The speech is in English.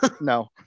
no